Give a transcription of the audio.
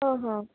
हां